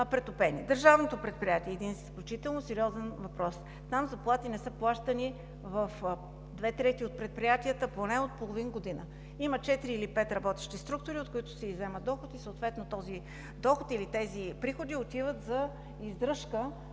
бъдат претопени. Един изключително сериозен въпрос. В Държавното предприятие заплати не са изплащани в две трети от предприятията поне от половин година. Има четири или пет работещи структури, от които се иззема доход и съответно този доход, или тези приходи отиват за издръжка